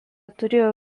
turėjo